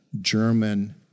German